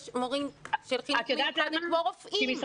יש מורים של חינוך מיוחד שהם כמו רופאים.